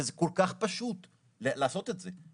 וזה כל כך פשוט לעשות את זה.